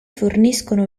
forniscono